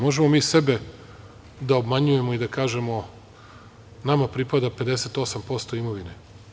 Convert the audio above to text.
Možemo mi sebe da obmanjujemo i da kažemo – nama pripada 58% imovine.